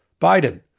Biden